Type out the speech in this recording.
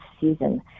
season